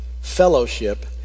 fellowship